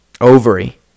Ovary